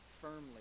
firmly